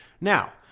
Now